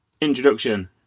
introduction